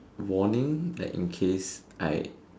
warning like in case I